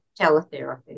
teletherapy